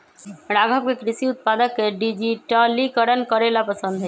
राघव के कृषि उत्पादक के डिजिटलीकरण करे ला पसंद हई